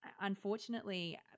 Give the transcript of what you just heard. unfortunately